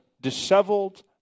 disheveled